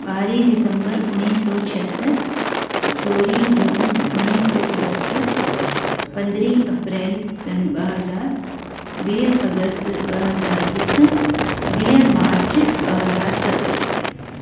ॿारहं दिसंबर उणिवीह सौ छहतरि सोरहं जून उणिवीह सौ एकहतरि पंद्रहं अप्रैल सन ॿ हज़ार वीह अगस्त ॿ हज़ार हिकु वीह मार्च ॿ हज़ार सत